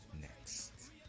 next